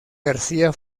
garcía